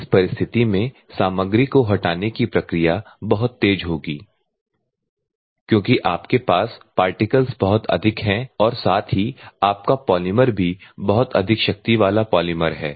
इस परिस्थिति में सामग्री को हटाने की प्रक्रिया बहुत तेज होगी क्योंकि आपके पार्टिकल्स बहुत अधिक हैं और साथ ही आपका पॉलिमर भी बहुत अधिक शक्ति वाला पॉलिमर है